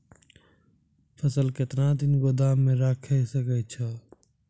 फसल केतना दिन गोदाम मे राखै सकै छौ?